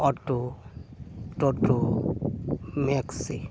auto ᱴᱳᱴᱳ ᱢᱮᱠᱥᱤ